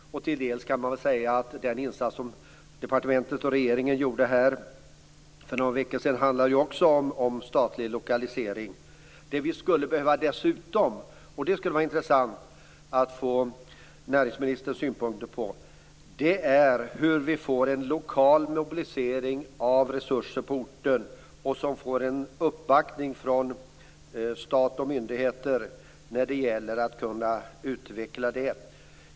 Till dels kan man säga att den insats som departementet och regeringen gjorde för några veckor sedan också handlar om statlig lokalisering. Det vi dessutom skulle behöva - och det skulle vara intressant att få näringsministerns synpunkter på det - är en lokal mobilisering av resurser på orten som får en uppbackning från stat och myndigheter när det gäller att kunna utveckla dessa.